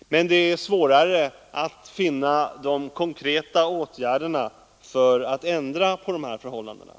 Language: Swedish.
Men det är svårare att finna de konkreta åtgärderna för att ändra på förhållandena.